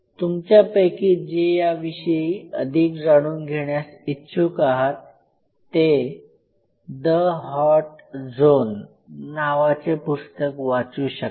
तुमच्यापैकी जे याविषयी अधिक जाणून घेण्यास इच्छुक आहेत ते "द हॉट झोन" नावाचे पुस्तक वाचू शकता